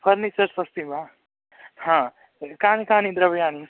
furnitures अस्ति वा हा तर्हि कानि कानि द्रव्याणि